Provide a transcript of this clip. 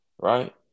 right